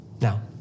Now